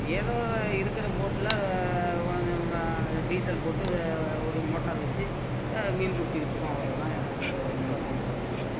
ஏதோ இருக்கிற போட்டில் கொஞ்சம் டீசல் போட்டு வே ஒரு மோட்டார் வச்சி மீன் பிடிச்சிக்கிட்ருக்கோம் அவ்வளோ தான் எங்களுடைய நிலமை இப்போதைக்கு